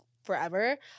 forever